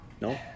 No